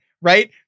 right